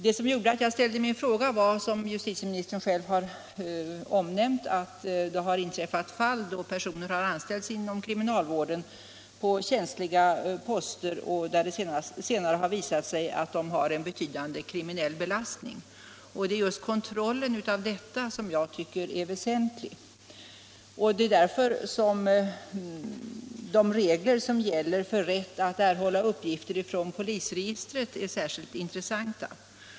Det som gjorde att jag ställde min fråga var, som justitieministern själv har omnämnt, att det har inträffat fall då personer anställts inom kriminalvården på känsliga poster och det senare visat sig att de har en betydande kriminell belastning. Det är just kontrollen av detta som jag tycker är väsentlig. Det är därför de regler som gäller för rätten att erhålla uppgifter från polisregistret är särskilt intressanta.